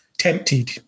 tempted